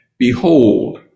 Behold